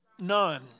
none